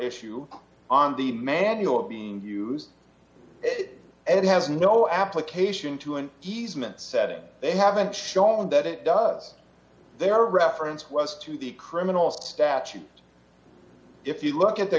issue on the manual being used it and has no application to an easement set it they haven't shown that it does their reference was to the criminal statute if you look at the